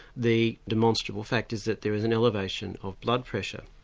the demonstrable fact is that there is an elevation of blood pressure.